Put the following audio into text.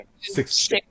six